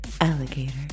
Alligator